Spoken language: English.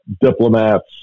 diplomats